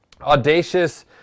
Audacious